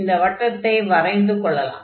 இந்த வட்டத்தை வரைந்து கொள்ளலாம்